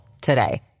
today